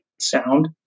sound